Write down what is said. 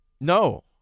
No